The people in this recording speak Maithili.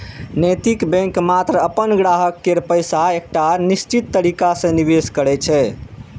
नैतिक बैंक मात्र अपन ग्राहक केर पैसा कें एकटा निश्चित तरीका सं निवेश करै छै